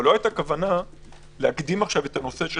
אבל לא היתה כוונה להקדים את הנושא של